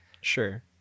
Sure